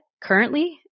currently